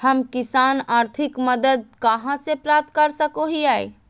हम किसान आर्थिक मदत कहा से प्राप्त कर सको हियय?